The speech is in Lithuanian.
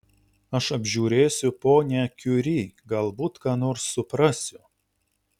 aš apžiūrėsiu ponią kiuri galbūt ką nors suprasiu